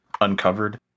uncovered